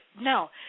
no